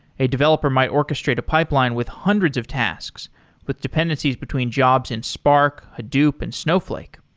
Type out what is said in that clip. a developer might orchestrate a pipeline with hundreds of tasks with dependencies between jobs in spark, hadoop and snowflake.